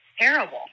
terrible